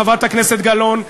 חברת הכנסת גלאון,